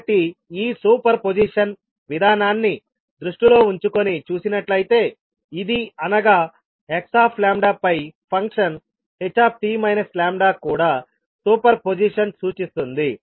కాబట్టి ఈ superposition విధానాన్ని దృష్టిలో ఉంచుకుని చూసినట్లయితే ఇది అనగా xλపై ఫంక్షన్ ht λ కూడా సూపర్ పొజిషన్ సూచిస్తుంది